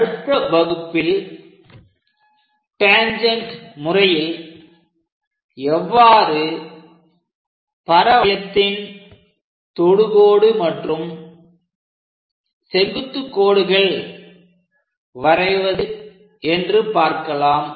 அடுத்த வகுப்பில் டேன்ஜெண்ட் முறையில் எவ்வாறு பரவளையத்தின் தொடுகோடு மற்றும் செங்குத்துக் கோடுகள் வரைவது என்று பார்க்கலாம்